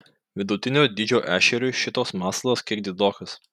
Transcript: vidutinio dydžio ešeriui šitoks masalas kiek didokas